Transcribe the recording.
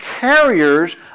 carriers